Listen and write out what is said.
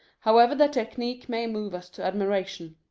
however the technique may move us to admiration.